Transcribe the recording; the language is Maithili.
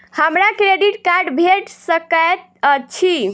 हमरा क्रेडिट कार्ड भेट सकैत अछि?